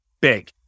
big